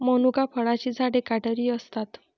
मनुका फळांची झाडे काटेरी असतात